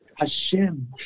Hashem